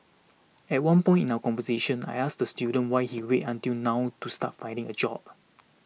at one point in our conversation I asked the student why he waited until now to start finding a job